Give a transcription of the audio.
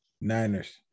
Niners